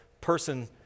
person